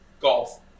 Golf